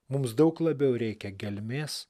mums daug labiau reikia gelmės